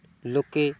ଲୋକେ